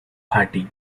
party